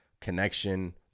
connection